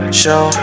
show